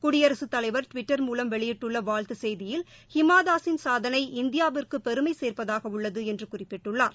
குடியரசு தலைவர் டிவிட்டர் மூலம் வெளியிட்டுள்ளவாழ்த்துசெய்தியில் ஹிமாதாஸின் சாதனை இந்தியாவிக்குபெருமைசேர்ப்பதாகஉள்ளதுஎன்றுகுறிப்பிட்டுள்ளார்